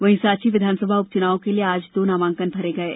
वहीं सांची विधानसभा उपचुनाव के लिये आज दो नामांकन भरे गये